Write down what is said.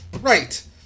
Right